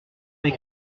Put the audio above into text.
mes